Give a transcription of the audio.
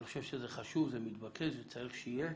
אני חושב שזה חשוב, זה מתבקש וצריך שיהיה.